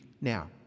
Now